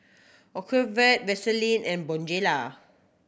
Ocuvite Vaselin and Bonjela